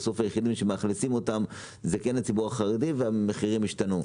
אבל בסוף הציבור החרדי הוא היחידי שמתאכלס והמחירים השתנו.